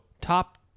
top